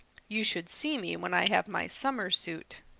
you should see me when i have my summer suit.